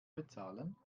bezahlen